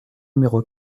numéro